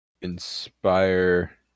inspire